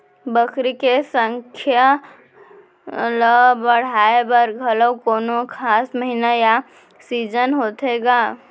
बकरी के संख्या ला बढ़ाए बर घलव कोनो खास महीना या सीजन होथे का?